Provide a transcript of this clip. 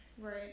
right